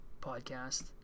podcast